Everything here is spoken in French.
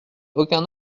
aucun